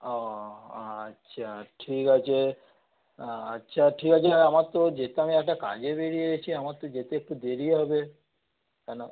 ও আচ্ছা ঠিক আছে আচ্ছা ঠিক আছে আমার তো যেহেতু আমি একটা কাজে বেরিয়ে গিয়েছি আমার তো যেতে একটু দেরি হবে কেন